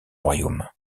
royaume